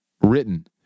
written